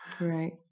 right